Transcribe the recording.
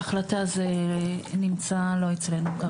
ההחלטה לא אצלנו כרגע.